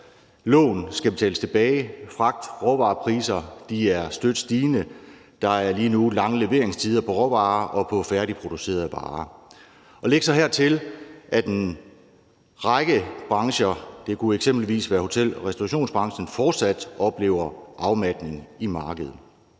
lån skal betales tilbage; fragt- og råvarepriser er støt stigende; der er lige nu lange leveringstider på råvarer og på færdigproducerede varer. Læg så hertil, at en række brancher – det kunne eksempelvis være hotel- og restaurationsbranchen – fortsat oplever afmatning i markedet.